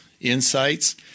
insights